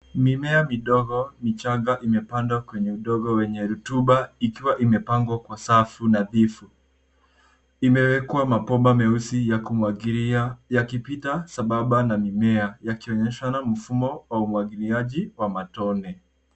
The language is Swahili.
Mimea midogo michanga imepandwa kwenye udongo wenye rutuba ikiwa imepangwa kwa safu nadhifu. Imewekwa mabomba meusi yakipita sambamba na mimea yakionyeshana mfumo wa umwagiliaji wa matone.